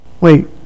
Wait